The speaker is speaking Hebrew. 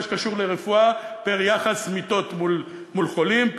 שקשור לרפואה פר יחס מיטות מול חולים,